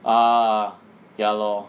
ah ya lor